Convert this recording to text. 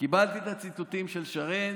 קיבלתי את הציטוטים של שרן.